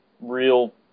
real